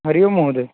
हरिः ओं महोदय